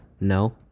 No